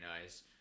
nice